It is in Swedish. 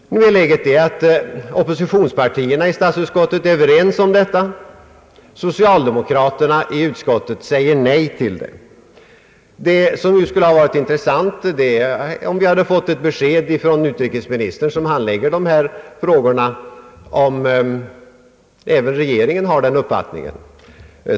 Opposi tionspartierna i statsutskottet är överens om detta, men socialdemokraterna säger nej. Det hade nu varit intressant att få besked av utrikesministern, som handlägger dessa frågor, om även regeringen har den uppfattningen.